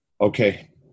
Okay